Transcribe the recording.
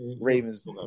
Ravens